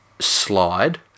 slide